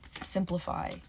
simplify